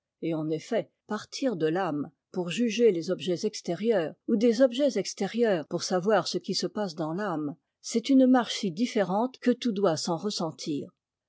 et en effet partir de t'âme pour juger les objets extérieurs ou des objets extérieurs pour savoir ce qui se passe dans l'âme c'est une marche si différente que tout doit s'en ressentir